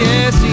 Yes